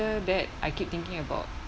that I keep thinking about